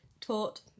taught